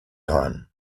time